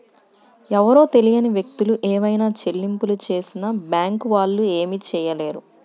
ఎవరో తెలియని వ్యక్తులు ఏవైనా చెల్లింపులు చేసినా బ్యేంకు వాళ్ళు ఏమీ చేయలేరు